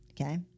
Okay